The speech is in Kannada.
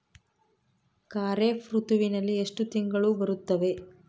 ಖಾರೇಫ್ ಋತುವಿನಲ್ಲಿ ಎಷ್ಟು ತಿಂಗಳು ಬರುತ್ತವೆ?